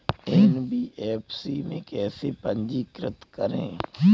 NBFC में कैसे पंजीकृत करें?